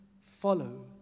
follow